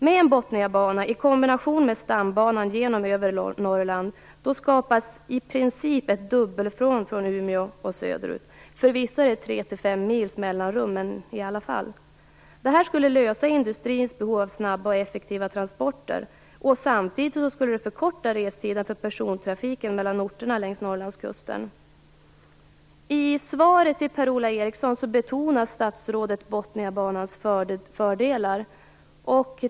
Med en Botniabana i kombination med stambanan genom övre Norrland skapas i princip ett dubbelspår från Umeå och söderut, även om det är tre till fem mils mellanrum mellan bandelarna. Det här skulle tillgodose industrins behov av snabba och effektiva transporter. Samtidigt skulle det förkorta restiden för persontrafiken mellan orterna längs Norrlandskusten. I svaret till Per-Ola Eriksson betonar statsrådet Botniabanans fördelar.